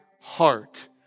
heart